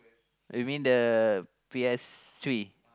you mean the P_S three